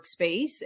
workspace